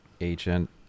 agent